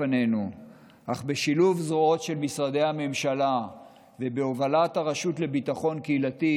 אך בשילוב זרועות של משרדי הממשלה ובהובלת הרשות לביטחון קהילתי,